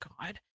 God